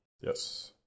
yes